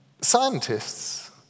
Scientists